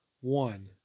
one